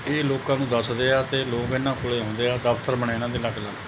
ਇਹ ਲੋਕਾਂ ਨੂੰ ਦੱਸਦੇ ਆ ਅਤੇ ਲੋਕ ਇਹਨਾਂ ਕੋਲ ਆਉਂਦੇ ਆ ਦਫ਼ਤਰ ਬਣੇ ਇਹਨਾਂ ਦੇ ਅਲੱਗ ਅਲੱਗ